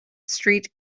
street